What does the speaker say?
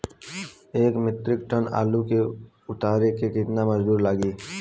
एक metric ton आलू के उतारे मे कितना मजदूर लागि?